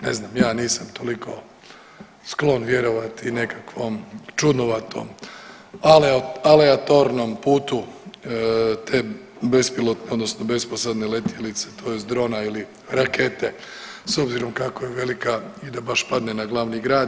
Ne znam, ja nisam toliko sklon vjerovati nekakvom čudnovatom aleatornom putu te bespilotne, odnosno besposadne letjelice, tj. drona ili rakete s obzirom koliko je velika i da baš padne na glavni grad.